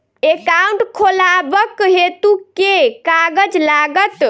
Account खोलाबक हेतु केँ कागज लागत?